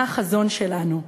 מה החזון שלנו?